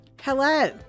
Hello